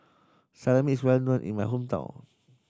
Salami is well known in my hometown